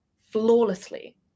flawlessly